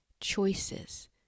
choices